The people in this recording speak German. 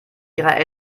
ihrer